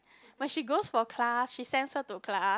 when she's goes for class she sends her to class